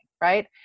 Right